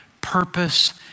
purpose